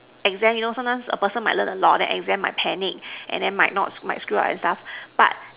exam you know sometimes the person might learn a lot then exam might panic and then might not might screw up and stuff but